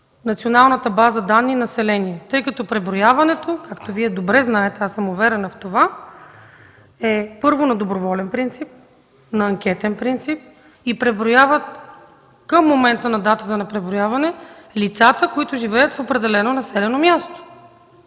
Националната база данни „Население”, тъй като преброяването, както Вие добре знаете – аз съм уверена в това, е на доброволен принцип, на анкетен принцип и преброяват към момента на датата на преброяване лицата, които живеят в определено населено място!